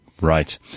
Right